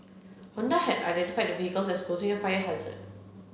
Honda had identified the vehicles as posing a fire hazard